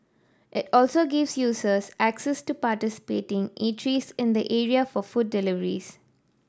it also gives users access to participating eateries in the area for food deliveries